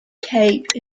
cape